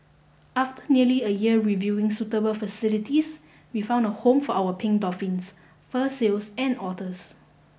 after nearly a year reviewing suitable facilities we found a home for our pink dolphins fur seals and otters